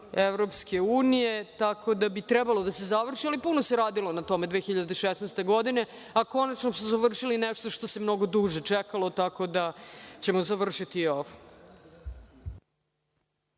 projekta EU. Tako da bi trebalo da se završi, ali se puno radilo na tome 2016. godine, a konačno su završili nešto što se mnogo duže čekalo, tako da ćemo završiti i ovo.